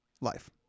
life